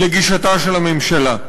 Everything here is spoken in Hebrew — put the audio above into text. לגישתה של הממשלה.